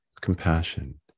compassion